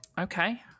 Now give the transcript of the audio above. Okay